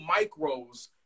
micros